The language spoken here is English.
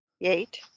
Eight